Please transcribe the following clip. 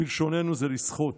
בלשוננו זה לשחות.